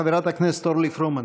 חברת הכנסת אורלי פרומן.